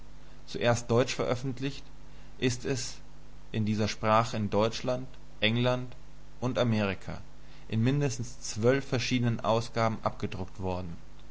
zuerst deutsch veröffentlicht ist es in dieser sprache in deutschland england und amerika in mindestens zwölf verschiedenen ausgaben abgedruckt worden